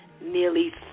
Nearly